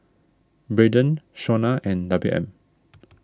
Braydon Shawnna and W M